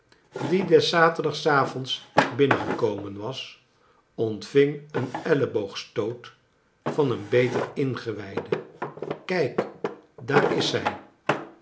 die des zaterdagsavonds binnengekomen was ontving een elleboogstoot van een beter ingewijde kijk daar is zij